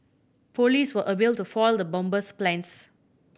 police were able to foil the bomber's plans